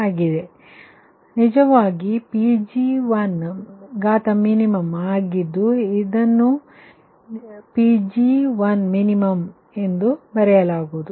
ಆಗ ನಿಜವಾಗಿ Pg1min ಆಗಿದ್ದು ಅದನ್ನು ನಾನು ಇಲ್ಲಿ ಬರೆದಿಲ್ಲ ಆದರೆ ಇದು Pg1min ಎಂದು ಅರ್ಥವಾಗುವಂತಹದ್ದಾಗಿದೆ